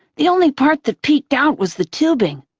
the only part that peeked out was the tubing.